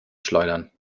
schleudern